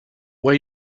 where